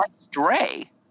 stray